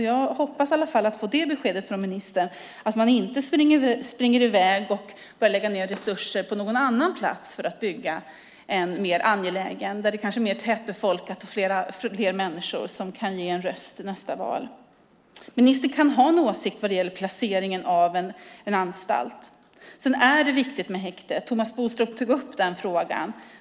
Jag hoppas att i alla fall få det beskedet från ministern - att man inte springer i väg och börjar lägga ned resurser på någon annan plats för att bygga något mer angeläget där det kanske är mer tättbefolkat och finns fler människor som kan ge en röst i nästa val. Ministern kan ha en åsikt om placeringen av en anstalt. Häktet är viktigt; Thomas Bodström tog upp den frågan.